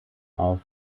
auf